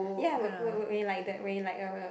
ya when you like the when you like uh